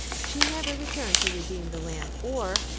she never returned to redeem the lamp or,